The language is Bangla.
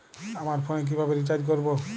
আমার ফোনে কিভাবে রিচার্জ করবো?